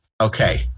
Okay